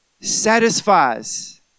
satisfies